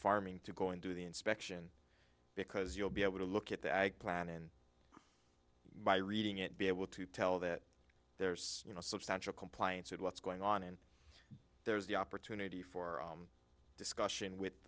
farming to go into the inspection because you'll be able to look at the ag plan and by reading it be able to tell that there's you know substantial compliance with what's going on and there's the opportunity for discussion with